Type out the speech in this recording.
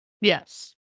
Yes